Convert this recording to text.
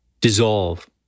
dissolve